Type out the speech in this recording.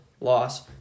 loss